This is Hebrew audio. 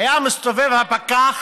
היה מסתובב הפקח,